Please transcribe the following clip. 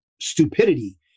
stupidity